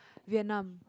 Vietnam